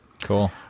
Cool